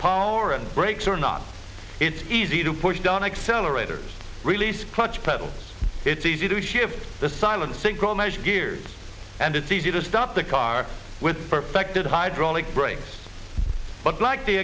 power and brakes or not it's easy to push down accelerators release clutch pedal it's easy to shift the silent synchromesh gears and it's easy to start the car with perfected hydraulic brakes but like the